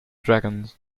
dragons